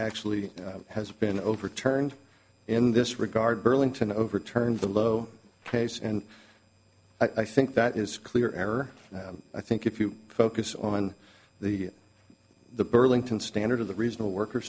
actually has been overturned in this regard burlington overturned the low case and i think that is clear error i think if you focus on the burlington standard of the reasonable worker